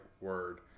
word